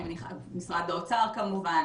משרד האוצר כמובן,